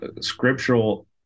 scriptural